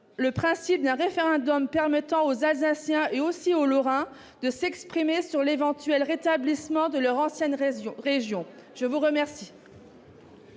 le principe d'un référendum permettant aux Alsaciens et aussi aux Lorrains de s'exprimer sur l'éventuel rétablissement de leur ancienne région ? La parole